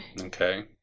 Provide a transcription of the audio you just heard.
Okay